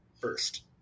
first